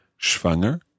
schwanger